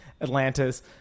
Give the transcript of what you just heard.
Atlantis